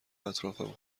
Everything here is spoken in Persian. اطرافم